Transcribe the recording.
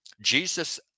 Jesus